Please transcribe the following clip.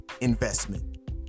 investment